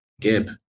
gib